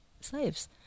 slaves